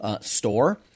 store